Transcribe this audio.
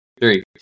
three